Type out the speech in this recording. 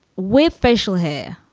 with facial hair,